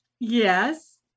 Yes